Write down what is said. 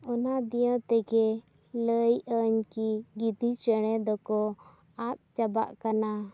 ᱚᱱᱟ ᱫᱤᱭᱮ ᱛᱮᱜᱮ ᱞᱟᱹᱭ ᱟᱹᱧ ᱠᱤ ᱜᱤᱫᱤ ᱪᱮᱬᱮ ᱫᱚᱠᱚ ᱟᱫ ᱪᱟᱵᱟᱜ ᱠᱟᱱᱟ